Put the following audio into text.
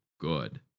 good